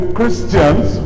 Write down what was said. Christians